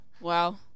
Wow